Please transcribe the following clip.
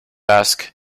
ask